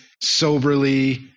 soberly